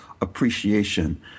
appreciation